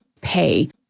pay